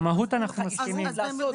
אנחנו מסכימים על המהות,